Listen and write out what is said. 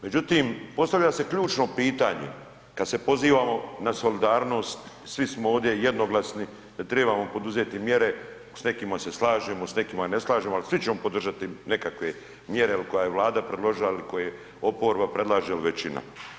Međutim, postavlja se ključno pitanje kada se pozivamo na solidarnost, svi smo ovdje jednoglasni da trebamo poduzeti mjere, s nekima se slažemo, s nekima ne slažemo, ali svi ćemo podržati nekakve mjere koje je Vlada predložila ili koje oporba predlaže ili većina.